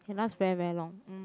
can last very very long mm